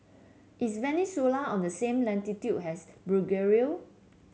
is Venezuela on the same latitude as Bulgaria